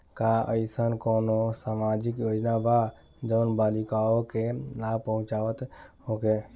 का एइसन कौनो सामाजिक योजना बा जउन बालिकाओं के लाभ पहुँचावत होखे?